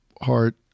heart